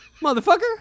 motherfucker